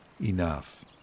enough